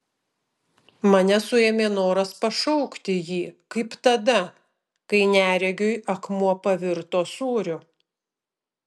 mane suėmė noras pašaukti jį kaip tada kai neregiui akmuo pavirto sūriu